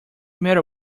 matter